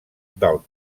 del